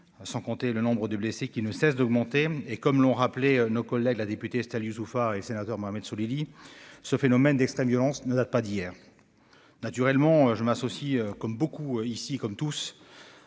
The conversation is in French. sans compter le nombre de blessés qui ne cesse d'augmenter. Comme l'ont rappelé nos collègues la députée Estelle Youssouffa et le sénateur Thani Mohamed Soilihi, ce phénomène d'extrême violence ne date pas d'hier. Naturellement, je m'associe aux élus, qui sont